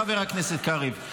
חבר הכנסת קריב.